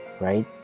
right